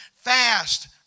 fast